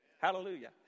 Hallelujah